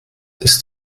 ist